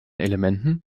elementen